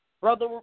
Brother